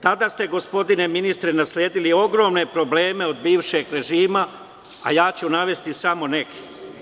Tada ste, gospodine ministre, nasledili ogromne probleme od bivšeg režima, a ja ću navesti samo neke.